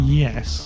yes